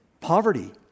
poverty